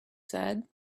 said